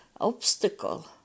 obstacle